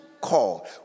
called